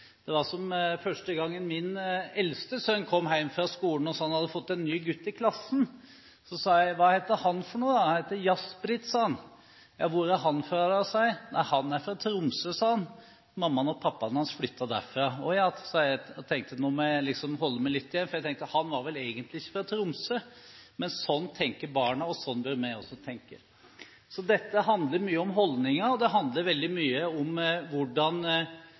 Første gang min eldste sønn kom hjem fra skolen og sa han hadde fått en ny gutt i klassen, sa jeg: Hva heter han da? Han heter Jaspreet, sa han. Hvor er han fra da, sa jeg. Han er fra Tromsø, sa han. Mammaen og pappaen hans flyttet derfra. Å ja, sa jeg – og tenkte at nå må jeg liksom holde litt igjen, for jeg tenkte at han vel egentlig ikke var fra Tromsø. Men sånn tenker barna, og sånn bør vi også tenke. Så dette handler mye om holdninger, og det handler veldig mye om hvordan